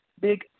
big